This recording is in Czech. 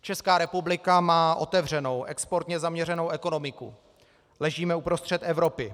Česká republika má otevřenou, exportně zaměřenou ekonomiku, ležíme uprostřed Evropy.